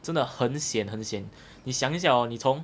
真的很 sian 很 sian 你想一下 hor 你从